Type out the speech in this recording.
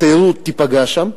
התיירות תיפגע שם.